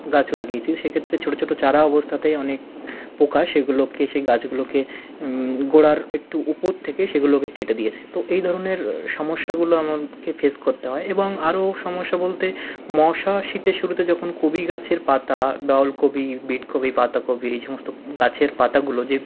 গাছ লাগিয়েছি সেক্ষেত্রে ছোটো ছোটো চারা অবস্থাতেই অনেক পোকা সেগুলোকে সেই গাছগুলোকে গোড়ার একটু উপর থেকে সেগুলোকে কেটে দিয়েছে তো এই ধরনের সমস্যাগুলো আমাকে ফেস করতে হয় এবং আরও সমস্যা বলতে মশা শীতের শুরুতে যখন কপি গাছের পাতা বা ওলকপি বীটকপি পাতাকপি এই সমস্ত গাছের পাতাগুলো যে